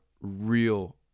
real